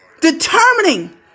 determining